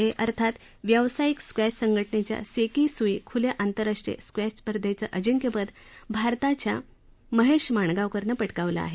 ए अर्थात व्यावसायिक स्क्वॅश संघटनेच्या सेकीसूई खूल्या आंतरराष्ट्रीय स्क्वॅश स्पर्धेचं अजिंक्यपद भारताच्या महेश माणगावकरनं पटकावलं आहे